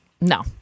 No